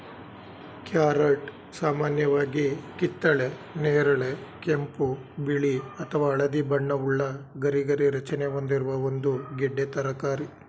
carrot ಸಾಮಾನ್ಯವಾಗಿ ಕಿತ್ತಳೆ ನೇರಳೆ ಕೆಂಪು ಬಿಳಿ ಅಥವಾ ಹಳದಿ ಬಣ್ಣವುಳ್ಳ ಗರಿಗರಿ ರಚನೆ ಹೊಂದಿರುವ ಒಂದು ಗೆಡ್ಡೆ ತರಕಾರಿ